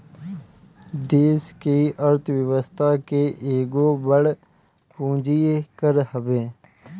देस के अर्थ व्यवस्था के एगो बड़ पूंजी कर हवे